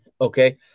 Okay